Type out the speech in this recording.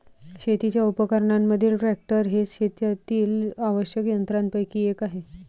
शेतीच्या उपकरणांमधील ट्रॅक्टर हे शेतातील आवश्यक यंत्रांपैकी एक आहे